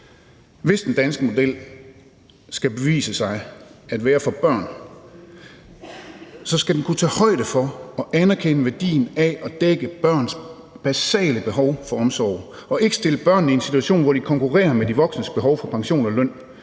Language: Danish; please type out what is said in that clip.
Hvis den danske model skal bevise sig at være for børn, skal den kunne tage højde for og anerkende værdien af at dække børns basale behov for omsorg og ikke stille børnene i en situation, hvor de konkurrerer med de voksnes behov for pension og løn.